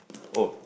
oh